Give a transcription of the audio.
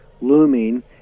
looming